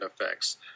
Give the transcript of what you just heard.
effects